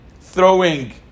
throwing